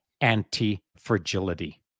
anti-fragility